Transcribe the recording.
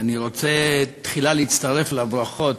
אני רוצה תחילה להצטרף לברכות